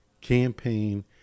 campaign